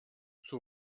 zur